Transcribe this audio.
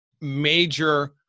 major